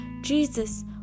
Jesus